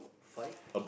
five